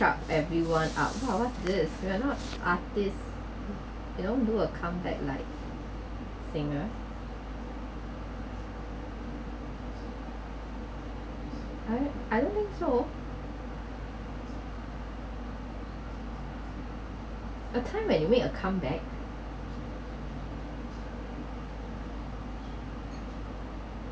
shock everyone out !wah! what is this we are not artist we don't do a comeback like singer I I don't think so a time when you make a comeback